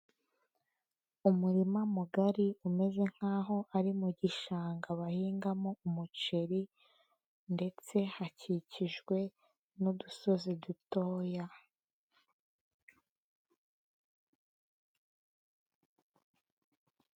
Umurima mugari umeze nk'aho ari mu gishanga bahingamo umuceri ndetse hakikijwe n'udusozi dutoya